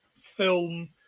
film